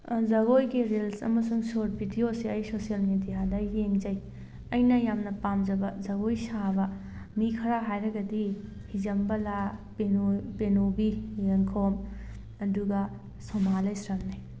ꯖꯒꯣꯏꯒꯤ ꯔꯤꯜꯁ ꯑꯃꯁꯨꯡ ꯁ꯭ꯣꯔꯠ ꯕꯤꯗꯤꯑꯣꯁꯦ ꯑꯩ ꯁꯣꯁꯦꯜ ꯃꯦꯗꯤꯌꯥꯗ ꯌꯦꯡꯖꯩ ꯑꯩꯅ ꯌꯥꯝꯅ ꯄꯥꯝꯖꯕ ꯖꯒꯣꯏ ꯁꯥꯕ ꯃꯤ ꯈꯔ ꯍꯥꯏꯔꯒꯗꯤ ꯍꯤꯖꯝ ꯕꯂꯥ ꯄꯦꯅꯨꯕꯤ ꯌꯦꯡꯈꯣꯝ ꯑꯗꯨꯒ ꯁꯣꯃꯥ ꯂꯥꯏꯁ꯭ꯔꯝꯅꯤ